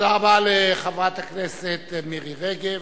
תודה רבה לחברת הכנסת מירי רגב.